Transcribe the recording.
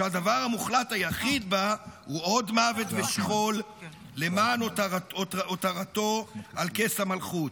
שהדבר המוחלט היחיד בה הוא עוד מוות ושכול למען הותרתו על כס המלכות.